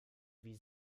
wie